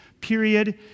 period